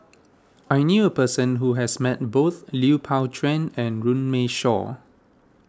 I knew a person who has met both Lui Pao Chuen and Runme Shaw